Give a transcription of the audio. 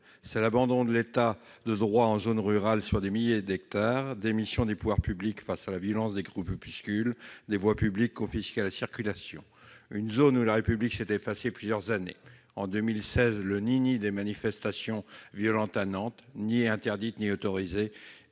c'est l'abandon de l'État de droit en zone rurale sur des milliers d'hectares, la démission des pouvoirs publics face à la violence de groupuscules, des voies publiques confisquées au détriment de la circulation : bref, une zone où la République s'est effacée pendant plusieurs années. En 2016, les manifestations violentes à Nantes ne furent ni interdites ni autorisées